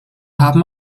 haben